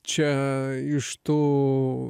čia iš tų